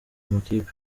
makipe